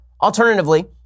alternatively